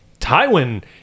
Tywin